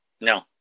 no